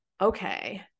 okay